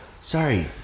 Sorry